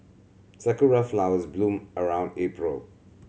sakura flowers bloom around April